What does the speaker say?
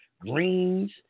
greens